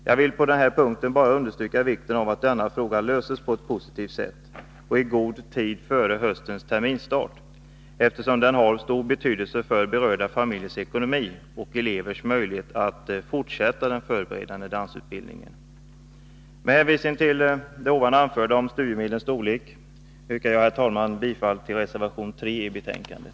Jag vill på den här punkten bara understryka vikten av att denna fråga löses på ett positivt sätt och i god tid före höstens terminsstart, eftersom den har stor betydelse för berörda familjers ekonomi och elevers möjlighet att fortsätta den förberedande dansutbildningen. Herr talman! Med hänvisning till det anförda om studiemedlens storlek yrkar jag bifall till reservation 3 vid betänkandet.